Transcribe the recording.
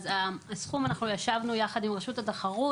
אנחנו ישבנו יחד עם רשות התחרות,